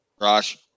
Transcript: rosh